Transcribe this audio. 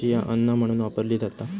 chia अन्न म्हणून वापरली जाता